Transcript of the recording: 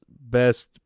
best